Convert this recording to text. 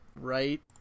right